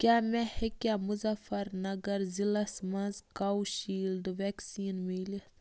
کیٛاہ مےٚ ہیٚکیٛاہ مُظفرنَگر ضِلعس منٛز کاوشیٖلڈٕ وٮ۪کسیٖن مِلِتھ